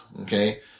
Okay